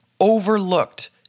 overlooked